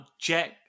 Jack